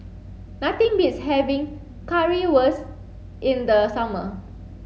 nothing beats having Currywurst in the summer